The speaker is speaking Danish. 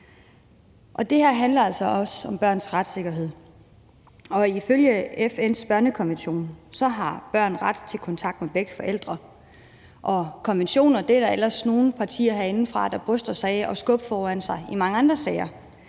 Det her handler altså også om børns retssikkerhed. Og ifølge FN's børnekonvention har børn ret til kontakt med begge forældre, og konventioner er der ellers nogle partier herinde der bryster sig af at skubbe foran sig i mange andre sager.